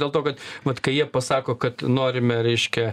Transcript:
dėl to kad vat kai jie pasako kad norime reiškia